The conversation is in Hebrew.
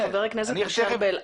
חבר הכנסת ארבל,